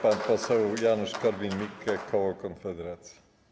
Pan poseł Janusz Korwin-Mikke, koło Konfederacja.